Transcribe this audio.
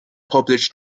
published